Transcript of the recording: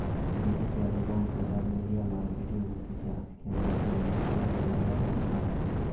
digital এবং social media marketing হতিছে আজকের গটে অন্যতম ক্যারিয়ার অপসন